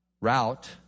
Route